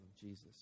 Jesus